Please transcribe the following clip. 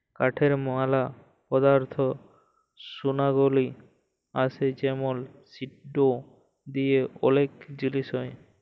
কাঠের ম্যালা পদার্থ গুনাগলি আসে যেমন সিটো দিয়ে ওলেক জিলিস হ্যয়